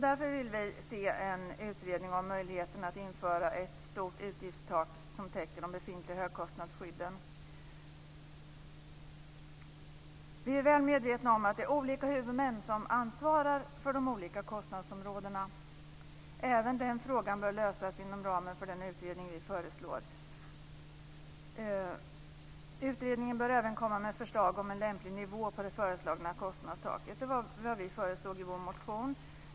Därför vill vi se en utredning om möjligheten att införa ett stort utgiftstak som täcker de befintliga högkostnadsskydden. Vi är väl medvetna om att det är olika huvudmän som ansvarar för de olika kostnadsområdena. Även den frågan bör lösas inom ramen för den utredning vi föreslår. Utredningen bör även komma med förslag till en lämplig nivå på det föreslagna kostnadstaket. Det var vad vi föreslog i vår motion.